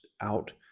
out